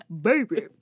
baby